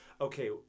Okay